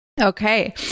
Okay